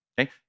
Okay